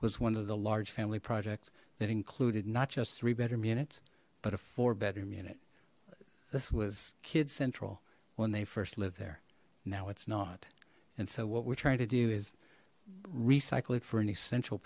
was one of the large family projects that included not just three bedroom units but a four bedroom unit this was kids central when they first lived there now it's not and so what we're trying to do is recycle it for an essential